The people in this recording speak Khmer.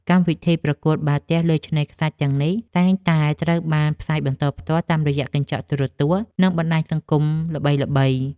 កម្មវិធីប្រកួតបាល់ទះលើឆ្នេរខ្សាច់ទាំងនេះ តែងតែត្រូវបានផ្សាយបន្តផ្ទាល់តាមរយៈកញ្ចក់ទូរទស្សន៍ និងបណ្ដាញសង្គមល្បីៗ។